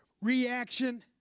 reaction